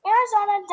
Arizona